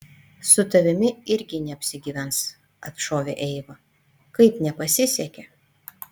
su tavimi irgi neapsigyvens atšovė eiva kaip nepasisekė